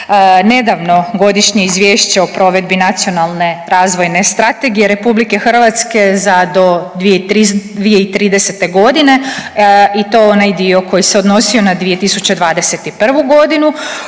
nedavno Godišnje izvješće o provedbi Nacionalne razvojne strategije Republike Hrvatske za do 2030. godine i to onaj dio koji se odnosio na 2021. godinu